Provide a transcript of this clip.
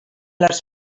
les